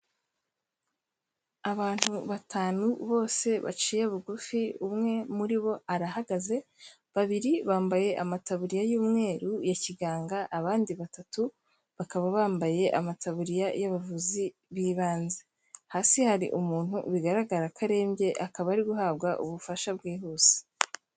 Abantu batanu bose baciye bugufi, umwe muri bo arahagaze, babiri bambaye amataburiya y'umweru ya kiganga, abandi batatu bakaba bambaye amataburiya y'abavuzi b'ibanze, hasi hari umuntu bigaragara ko arembye, akaba ari guhabwa ubufasha bwihuse.